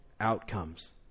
outcomes